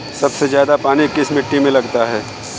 सबसे ज्यादा पानी किस मिट्टी में लगता है?